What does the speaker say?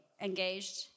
engaged